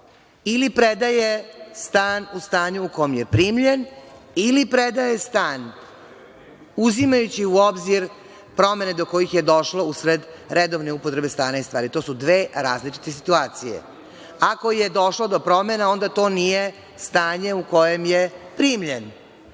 ili predaje stan u stanju u kom je primljen, ili predaje stan uzimajući u obzir promene do kojih je došlo usled redovne upotrebe stana i stvari. To su dve različite situacije. Ako je došlo do promena, onda to nije stanje u kojem je primljen